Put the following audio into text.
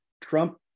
Trump